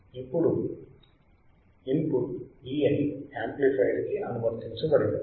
ఇప్పుడు ఇప్పుడు input Vi amplifier కి అనువర్తించబడినది